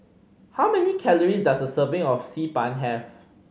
how many calories does a serving of Xi Ban have